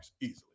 easily